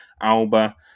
Alba